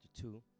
two